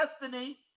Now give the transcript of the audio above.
destiny